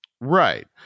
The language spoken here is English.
Right